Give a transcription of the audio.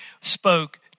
spoke